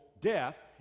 death